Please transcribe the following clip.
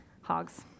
hogs